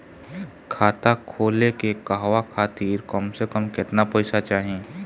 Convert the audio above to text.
खाता खोले के कहवा खातिर कम से कम केतना पइसा चाहीं?